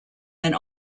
and